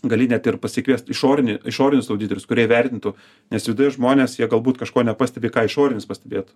gali net ir pasikviest išorinį išorinius auditorius kurie įvertintų nes viduj žmonės jie galbūt kažko nepastebi ką išorinis pastebėtų